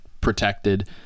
protected